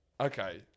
Okay